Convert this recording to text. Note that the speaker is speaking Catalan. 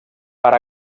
per